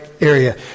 area